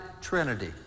Trinity